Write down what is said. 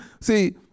see